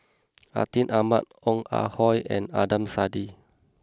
Atin Amat Ong Ah Hoi and Adnan Saidi